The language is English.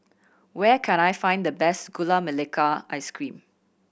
where can I find the best Gula Melaka Ice Cream